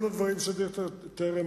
כל הדברים שדיכטר תיאר,